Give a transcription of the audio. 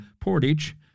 Portage